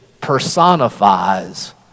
personifies